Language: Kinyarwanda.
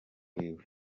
wiwe